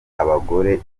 abagore